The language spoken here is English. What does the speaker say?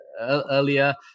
earlier